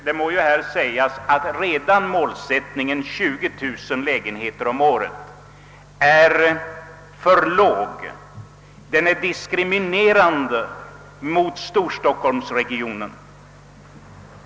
Det må här sägas att redan målsättningen 20000 lägenheter om året är för låg — den är diskriminerande mot storstockholmsregionen.